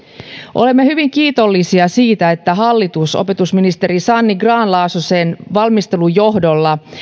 olemme hyvin kiitollisia siitä että hallitus opetusministeri sanni grahn laasosen valmistelun johdolla